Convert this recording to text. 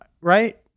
right